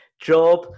job